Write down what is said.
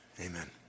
Amen